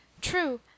True